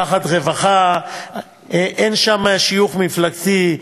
תחת רווחה, אין שם שיוך מפלגתי.